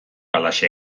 halaxe